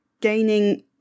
gaining